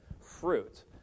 fruit